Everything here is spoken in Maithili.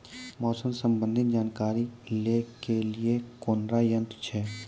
मौसम संबंधी जानकारी ले के लिए कोनोर यन्त्र छ?